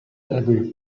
every